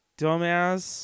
dumbass